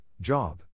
Job